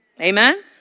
Amen